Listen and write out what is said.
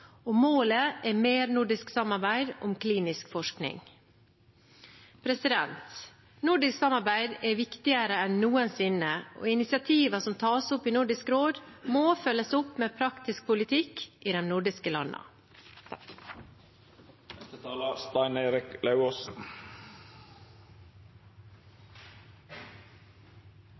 Målet er mer nordisk samarbeid om klinisk forskning. Nordisk samarbeid er viktigere enn noensinne, og initiativene som tas opp i Nordisk råd, må følges opp med praktisk politikk i de nordiske